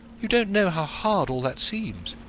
you don't know how hard all that seems.